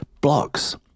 blocks